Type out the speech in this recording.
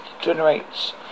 generates